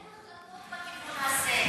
אין החלטות בכיוון הזה.